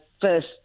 first